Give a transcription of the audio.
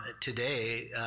today